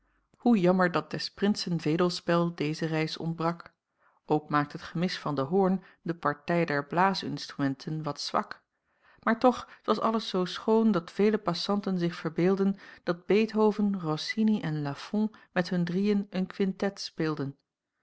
hoe jammer dat des prinsen vedelspel deze reis ontbrak ook maakte t gemis van den hoorn de partij der blaasinstrumenten wat zwak maar toch t was alles zoo schoon dat vele passanten zich verbeeldden dat beethoven rossini en lafont met hun drieën een quintet speelden